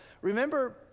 Remember